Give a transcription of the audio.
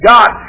God